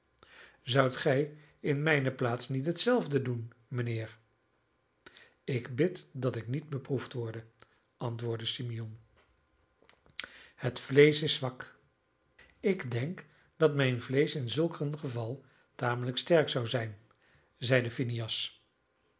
zoudt gij in mijne plaats niet hetzelfde doen mijnheer ik bid dat ik niet beproefd worde antwoordde simeon het vleesch is zwak ik denk dat mijn vleesch in zulk een geval tamelijk sterk zou zijn zeide